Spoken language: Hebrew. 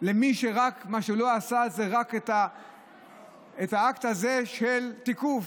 ומי שמה שהם לא עשו זה רק את האקט הזה של תיקוף.